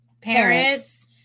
parents